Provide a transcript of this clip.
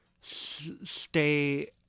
stay